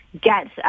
get